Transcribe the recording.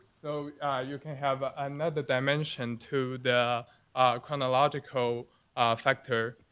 so you can have ah another dimension to the chronological factor.